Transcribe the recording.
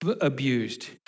abused